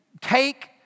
take